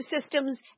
systems